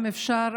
אם אפשר,